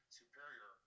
superior